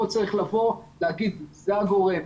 כאן צריך לבוא ולומר שזה הגורם,